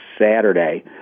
Saturday